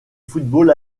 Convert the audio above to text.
football